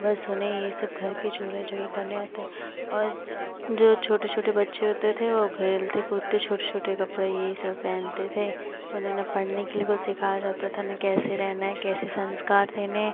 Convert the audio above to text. बस उन्हें यही सब घर के चूल्हे चौके करने आते और जो छोटे छोटे बच्चे होते थे वे खेलते कूदते छोटे छोटे कपड़े यही सब पहनते थे उन्हें ना पढ़ने के लिए कुछ सिखाया जाता था ना कैसे रहना है केसे संस्कार देने है